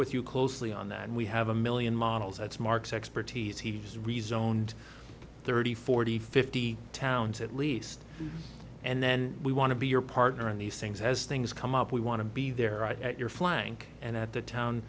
with you closely on that and we have a million models that's mark's expertise he's rezoned thirty forty fifty towns at least and then we want to be your partner in these things as things come up we want to be there at your flank and at the town